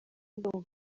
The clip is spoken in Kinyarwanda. ndumva